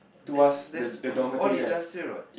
that's that's in~ all industrial what